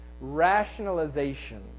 rationalization